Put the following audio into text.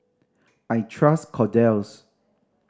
I trust Kordel's